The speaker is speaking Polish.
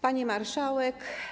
Pani Marszałek!